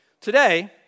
Today